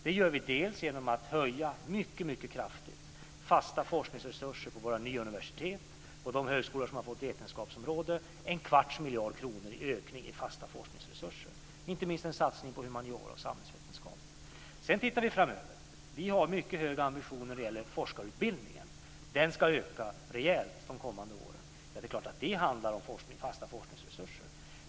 Det gör vi genom att mycket kraftigt höja fasta forskningsresurser på våra nya universitet och på de högskolor som har fått vetenskapsområde - det är en kvarts miljard kronor i ökning i fasta forskningsresurser. Det är inte minst en satsning på humaniora och samhällsvetenskap. Sedan tittar vi framöver. Vi har mycket höga ambitioner när det gäller forskarutbildningen. Den ska öka rejält de kommande åren. Det är klart att det handlar om fasta forskningsresurser.